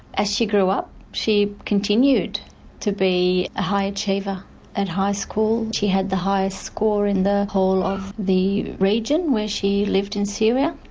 as she grew up she continued to be a high achiever at high school, she had the highest score in the whole of the region where she lived in syria.